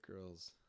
girls